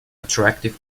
attractive